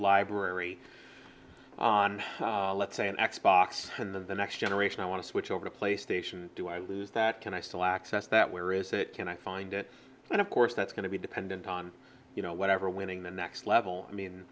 library on let's say an x box and then the next generation i want to switch over to playstation do i lose that can i still access that where is it can i find it and of course that's going to be dependent on you know whatever winning the next level i mean